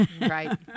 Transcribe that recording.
Right